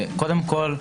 קודם כל,